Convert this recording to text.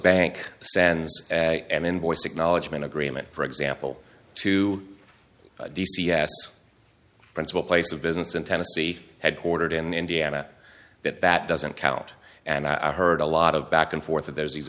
bank sends an invoice acknowledgement agreement for example to d c s principal place of business in tennessee headquartered in indiana that that doesn't count and i heard a lot of back and forth that there's these